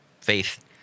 faith